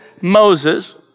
Moses